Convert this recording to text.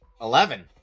Eleven